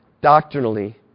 doctrinally